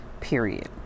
period